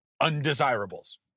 undesirables